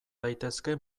daitezke